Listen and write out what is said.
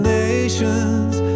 nations